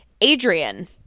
Adrian